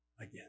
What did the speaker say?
again